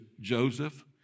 Joseph